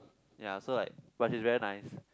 ya so like but she very nice